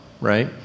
right